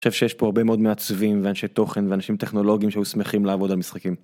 אני חושב שיש פה הרבה מאוד מעצבים ואנשי תוכן ואנשים טכנולוגים שהיו שמחים לעבוד על משחקים.